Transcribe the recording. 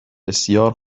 بسیار